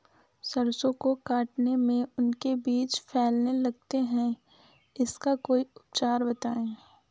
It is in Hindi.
सरसो को काटने में उनके बीज फैलने लगते हैं इसका कोई उपचार बताएं?